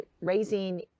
raising